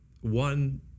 one